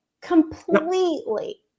Completely